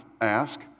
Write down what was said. ask